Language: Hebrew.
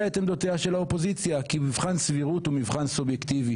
את עמדותיה של האופוזיציה כי מבחן סבירות הוא מבחן סובייקטיבי